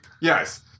Yes